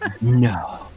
No